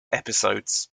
episodes